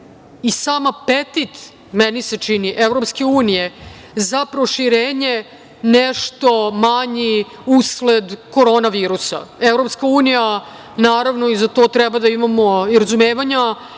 i sam apetit, meni se čini, Evropske unije za proširenje nešto manji usled korona virusa. Evropska unija, naravno, i za to treba da imamo razumevanja,